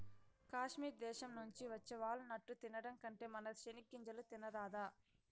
కాశ్మీర్ దేశం నుంచి వచ్చే వాల్ నట్టు తినడం కంటే మన సెనిగ్గింజలు తినరాదా